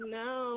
no